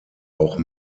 auch